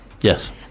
yes